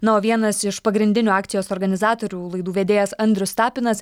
na o vienas iš pagrindinių akcijos organizatorių laidų vedėjas andrius tapinas